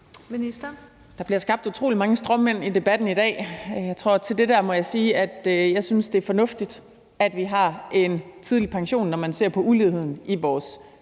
Der bliver skabt utrolig mange stråmænd i debatten i dag. Jeg tror, at jeg til det der må sige, at jeg synes, det er fornuftigt, at vi har en tidlig pension, når man ser på uligheden i vores